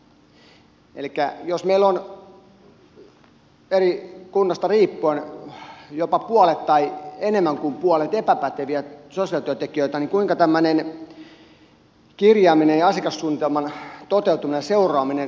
jos meillä on eri kunnasta riippuen jopa puolet tai enemmän kuin puolet epäpäteviä sosiaalityöntekijöitä niin kuinka tämmöinen kirjaaminen ja asiakassuunnitelman toteutuminen ja seuraaminen tulee onnistumaan